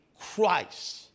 Christ